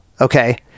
Okay